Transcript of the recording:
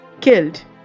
killed